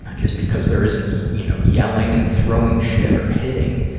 and just because there isn't, you know, yelling and throwing shit or hitting,